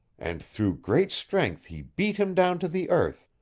and through great strength he beat him down to the earth,